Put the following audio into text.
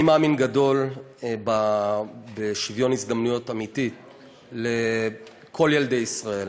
אני מאמין גדול בשוויון הזדמנויות אמיתי לכל ילדי ישראל,